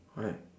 why